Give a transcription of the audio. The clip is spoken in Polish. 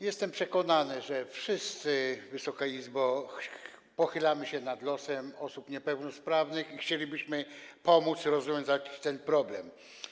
Jestem przekonany, że wszyscy, Wysoka Izbo, pochylamy się nad losem osób niepełnosprawnych i chcielibyśmy pomóc rozwiązać ten problem.